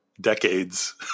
decades